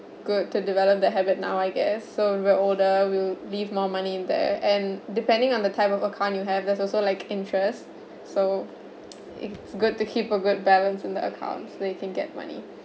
good to develop that habit now I guess so when we're older will leave more money in there and depending on the type of account you have there's also like interest so it's good to keep a good balance in the account so you can get money